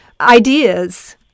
ideas